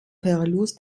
verlust